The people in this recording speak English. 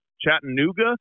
Chattanooga